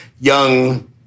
young